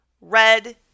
red